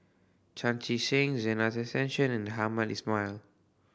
Chan Chee Seng Zena Tessensohn and Hamed Ismail